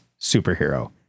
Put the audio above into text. superhero